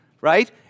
right